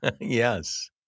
Yes